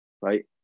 right